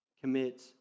commit